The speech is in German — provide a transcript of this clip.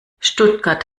stuttgart